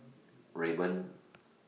Rayban